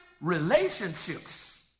relationships